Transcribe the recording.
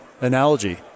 analogy